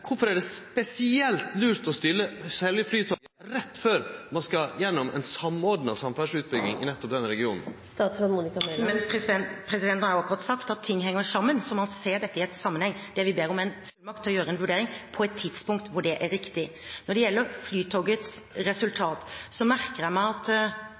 er det spesielt lurt å selje Flytoget rett før ein skal gjennom ei samordna samferdsleutbygging i nettopp denne regionen? Nå har jeg jo akkurat sagt at ting henger sammen, og at man ser dette i en sammenheng. Det vi ber om, er en fullmakt til å gjøre en vurdering på et tidspunkt hvor det er riktig. Når det gjelder Flytogets resultat, merker jeg meg at